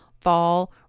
fall